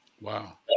Wow